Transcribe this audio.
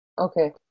Okay